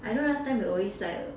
I know last time we always like